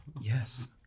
Yes